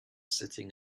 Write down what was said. sitting